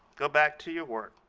go back to your work,